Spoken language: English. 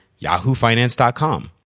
yahoofinance.com